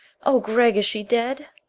oh, gregg is she dead?